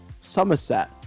Somerset